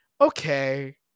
okay